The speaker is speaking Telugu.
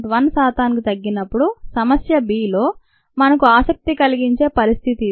1 శాతానికి తగ్గినప్పుడు సమస్య b లో మనకు ఆసక్తి కలిగించే పరిస్థితి ఇది